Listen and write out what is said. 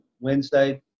wednesday